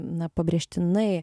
na pabrėžtinai